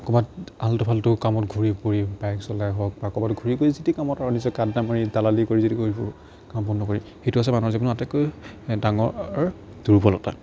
ক'ৰবাত আল্টো ফাল্টো কামত ঘূৰি ফূৰি বাইক চলাই হওক বা ক'ৰবাত ঘূৰি কৰি যি তি কামত আৰু নিজক আদ্দা মাৰি দালালি কৰি যদি ঘূৰি ফুৰোঁ কাম বন নকৰি সেইটো হৈছে মানুহ জীৱনত আটাইকৈ ডাঙৰ দুৰ্বলতা